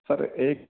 سر ایک